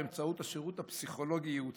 באמצעות השירות הפסיכולוגי-ייעוצי,